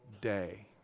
day